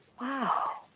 Wow